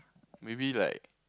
maybe like